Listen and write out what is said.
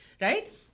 Right